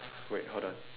wait hold on